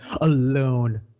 alone